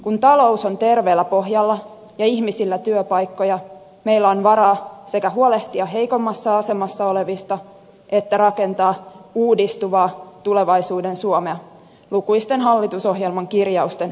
kun talous on terveellä pohjalla ja ihmisillä työpaikkoja meillä on varaa sekä huolehtia heikommassa asemassa olevista että rakentaa uudistuvaa tulevaisuuden suomea lukuisten hallitusohjelman kirjausten mukaisesti